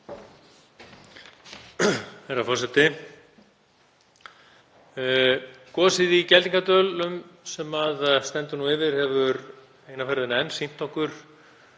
Herra forseti. Gosið í Geldingadölum sem stendur nú yfir hefur eina ferðina enn sýnt okkur